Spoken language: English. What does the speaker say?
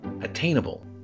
attainable